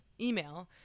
email